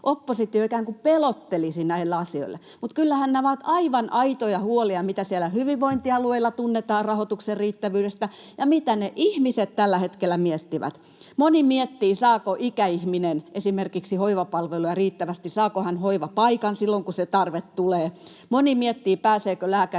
kuin pelottelisi näillä asioilla, mutta kyllähän nämä ovat aivan aitoja huolia, mitä siellä hyvinvointialueilla tunnetaan rahoituksen riittävyydestä ja mitä ne ihmiset tällä hetkellä miettivät. Moni miettii, saako ikäihminen esimerkiksi hoivapalveluja riittävästi ja saako hän hoivapaikan silloin, kun se tarve tulee. Moni miettii, pääseekö lääkärille